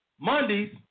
Mondays